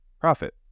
profit